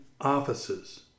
offices